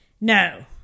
No